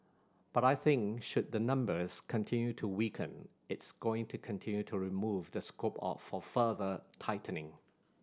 but I think should the numbers continue to weaken it's going to continue to remove the scope of for further tightening